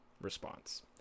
response